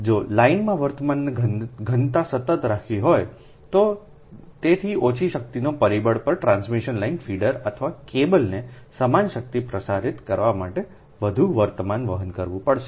જો લાઇનમાં વર્તમાન ઘનતાને સતત રાખવી હોય તો તેથી ઓછી શક્તિના પરિબળ પર ટ્રાન્સમિશન લાઇન ફીડર અથવા કેબલને સમાન શક્તિ પ્રસારિત કરવા માટે વધુ વર્તમાન વહન કરવું પડશે